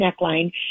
neckline